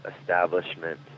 establishment